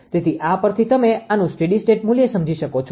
તેથી આ પરથી તમે આનુ સ્ટેડી સ્ટેટ મુલ્ય સમજી શકો છો